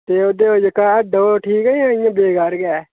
ते उत्थै जेह्का ओह् हैड ऐ ठीक ऐ जां इ'यां बेकार गै ऐ